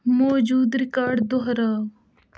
موجودٕ رِکاڈ دہراو